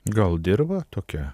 gal dirva tokia